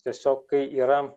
tiesiog kai yra